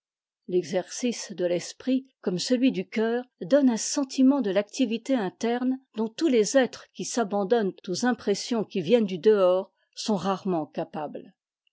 l'exercice de l'esprit comme celui du cœur donne un sentiment de l'activité interne dont tous les êtres qui s'abandonnent aux impressions qui viennent du dehors sont rarement capables